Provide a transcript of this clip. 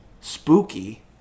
spooky